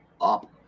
up